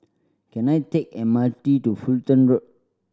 can I take M R T to Fulton Road